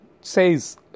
says